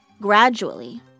Gradually